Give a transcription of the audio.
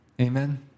Amen